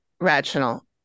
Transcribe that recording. rational